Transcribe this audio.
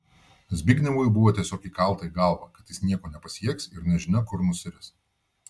zbignevui buvo tiesiog įkalta į galvą kad jis nieko nepasieks ir nežinia kur nusiris